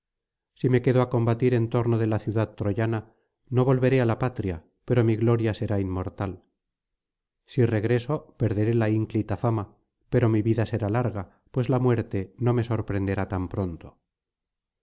si me quedo á combatir en torno de la ciudad troyana no volveré á la patria pero mi gloria será inmortal si regreso perderé la ínclita fama pero mi vida será larga pues la muerte no me sorprenderá tan pronto